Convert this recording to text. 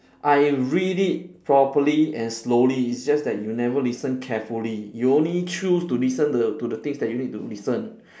I read it properly and slowly it's just that you never listen carefully you only choose to listen the to the things that you need to listen